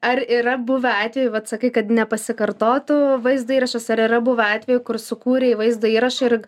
ar yra buvę atvejų vat sakai kad nepasikartotų vaizdo įrašas ar yra buvę atvejų kur sukūrei vaizdo įrašų ir